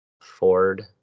Ford